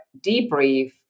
debrief